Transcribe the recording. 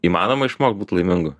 įmanoma išmokt būt laimingu